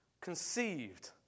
conceived